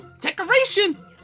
decoration